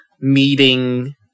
meeting